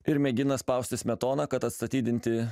ir mėgina spausti smetoną kad atstatydinti